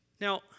Now